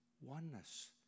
Oneness